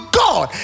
god